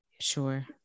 Sure